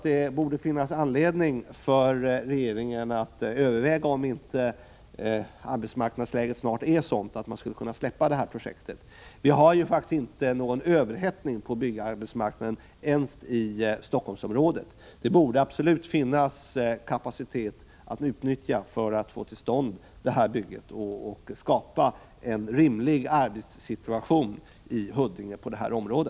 Det borde finnas anledning för regeringen att överväga om inte arbetsmarknadsläget snart är sådant att man skulle kunna påbörja detta projekt. Vi har ju faktiskt inte någon överhettning på byggarbetsmarknaden ens i Stockholmsområdet. Det borde absolut finnas kapacitet att utnyttja för att få till stånd det här bygget och skapa en rimlig arbetssituation i Huddinge på detta område.